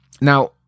Now